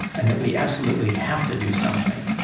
and that we absolutely have to do something.